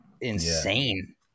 insane